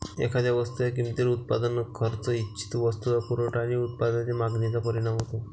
एखाद्या वस्तूच्या किमतीवर उत्पादन खर्च, इच्छित वस्तूचा पुरवठा आणि उत्पादनाच्या मागणीचा परिणाम होतो